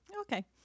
Okay